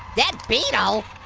dead beetle?